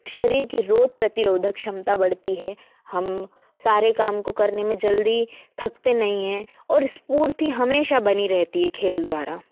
शरीर की रोद प्रतिरोधक क्षमता बढ़ती है हम सारे काम को करने में जल्दी थकते नहीं हैं और स्पूर्ति हमेशा बनी रहती है खेल द्वारा